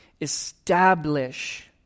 Establish